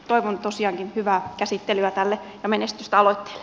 toivon tosiaankin hyvää käsittelyä päälle ja menestys talot